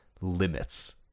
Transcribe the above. limits